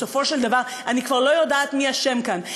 בסופו של דבר אני כבר לא יודעת מי אשם כאן.